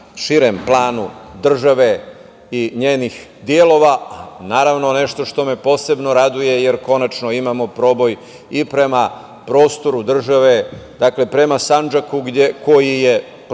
širem planu države i njenih delova, a naravno nešto što me posebno raduje, jer konačno imamo proboj i prema prostoru države, dakle prema Sandžaku koji je ranijih